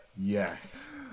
Yes